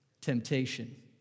Temptation